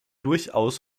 durchaus